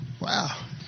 Wow